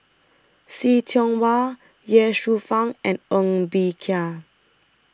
See Tiong Wah Ye Shufang and Ng Bee Kia